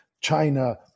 China